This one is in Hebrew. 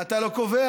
אתה לא קובע,